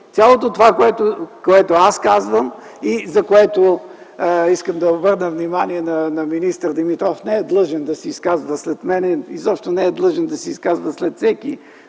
цялото, което аз казвам и за което искам да обърна внимание на министър Димитров, не е длъжен да се изказва след мен, изобщо не е длъжен да се изказва след всеки,